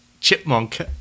chipmunk